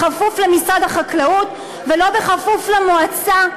בכפוף למשרד החקלאות ולא בכפוף למועצה,